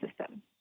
system